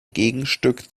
gegenstück